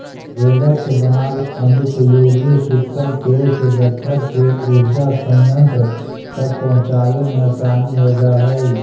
baler से बनाल अनुपयोगी सूखल पेड़ के गट्ठर के ऊर्जा संयन्त्र तक पहुँचावे में आसानी हो जा हई